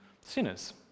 sinners